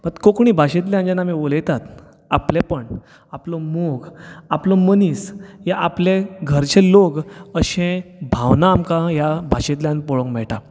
कोंकणी भाशेंतल्यान जेन्ना आमी उलयतात आपलेंपण आपलो मोग आपलो मनीस हे आपले घरचे लोक अशें भावना आमकां ह्या भाशेंतल्यान पळोवंक मेळटा